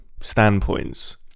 standpoints